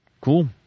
Cool